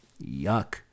Yuck